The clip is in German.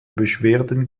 beschwerden